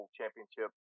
championship